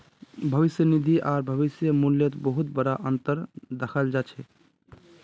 भविष्य निधि आर भविष्य मूल्यत बहुत बडा अनतर दखाल जा छ